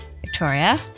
Victoria